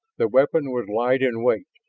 the weapon was light in weight,